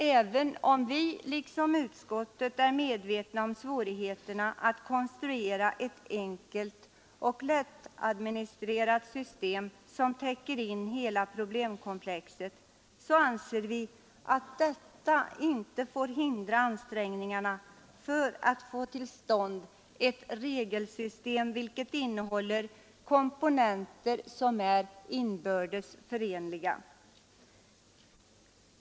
Även om vi liksom utskottet är medvetna om svårigheterna att konstruera ett enkelt och lättadministrerat system, som täcker in hela problemkomplexet, anser vi att detta inte får hindra ansträngningarna att få till stånd ett regelsystem, vilket innehåller komponenter som är inbördes förenliga.